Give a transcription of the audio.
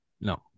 No